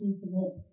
submit